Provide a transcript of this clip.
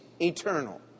eternal